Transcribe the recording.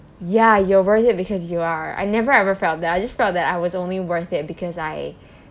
ya you are worth it because you are I never ever felt that I just felt that I was only worth it because I